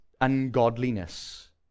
ungodliness